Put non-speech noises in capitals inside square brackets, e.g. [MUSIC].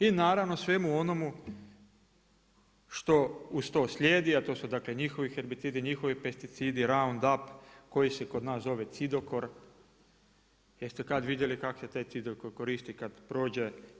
I naravno svemu onomu što uz to slijedi, a to su dakle, njihovi herbicidi, njihovi pesticidi … [UNINTELLIGIBLE] koji se kod nas zove cidokor, jeste kad vidjeli kak se taj cidokor koristi, kada prođe?